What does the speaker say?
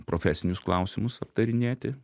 profesinius klausimus aptarinėti